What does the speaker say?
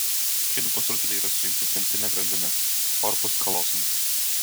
šie du pusrutuliai yra sujungti centrine grandimi korpus kalosum